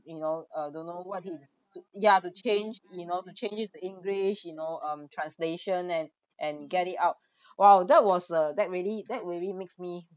you know uh don't know what he do you have to change you know to change to english you know um translation and and get it out !wow! that was uh that really that really makes me